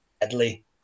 deadly